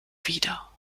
wieder